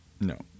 No